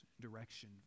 direction